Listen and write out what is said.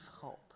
hope